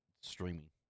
streaming